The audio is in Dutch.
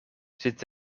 zit